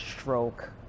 stroke